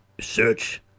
Search